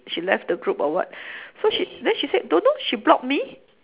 she left the group or what so she then she said don't know she block me